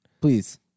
Please